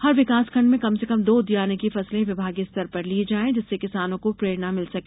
हर विकासखण्ड में कम से कम दो उद्यानिकी फसलें विभागीय स्तर पर ली जायें जिससे किसानों को प्रेरणा मिल सके